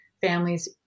families